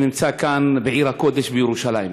שנמצא כאן בעיר הקודש, בירושלים.